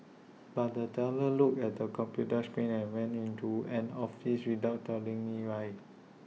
but the teller looked at the computer screen and went into an office without telling me why